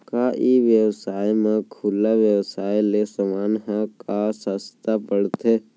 का ई व्यवसाय म खुला व्यवसाय ले समान ह का सस्ता पढ़थे?